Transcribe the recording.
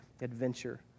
adventure